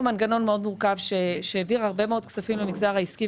מנגנון מורכב מאוד שהעביר הרבה מאוד כסף למגזר העסקי,